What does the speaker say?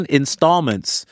installments